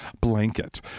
blanket